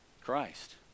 Christ